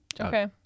Okay